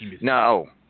No